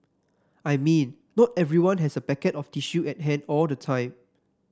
I mean not everyone has a packet of tissue at hand all the time